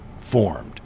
formed